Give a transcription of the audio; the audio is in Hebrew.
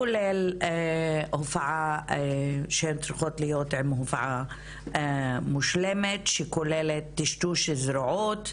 כולל הופעה שהן צריכות להיות עם הופעה מושלמת שכוללת טשטוש זרועות,